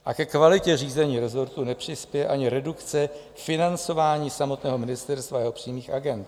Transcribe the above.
A ke kvalitě řízení resortu nepřispěje ani redukce financování samotného ministerstva a jeho přímých agend.